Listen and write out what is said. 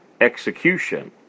execution